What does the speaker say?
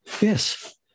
yes